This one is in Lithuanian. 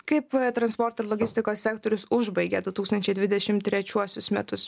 kaip transporto ir logistikos sektorius užbaigė du tūkstančiai dvidešimt trečiuosius metus